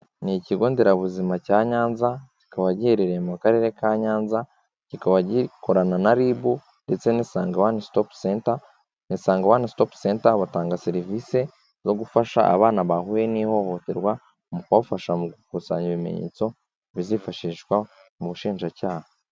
Ni ikigo nderabuzima cya Nyanza kikaba giherereye mu karere ka Nyanza, kikaba gikorana na RIB ndetse n'Isange One Stop Centre, Isange One Stop Centre batanga serivisi zo gufasha abana bahuye n'ihohoterwa mu kubafasha mu gukusanya ibimenyetso bizifashishwa mu bushinjacyaha.